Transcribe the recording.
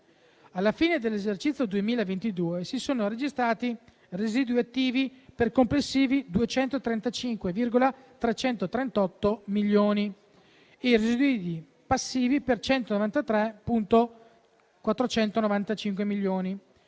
Alla fine dell'esercizio 2022, si sono registrati residui attivi per complessivi 235,338 milioni di euro e residui passivi per 193,495 milioni